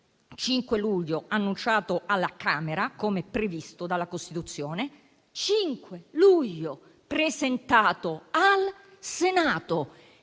è stato annunciato alla Camera, come previsto dalla Costituzione; il 5 luglio è stato presentato al Senato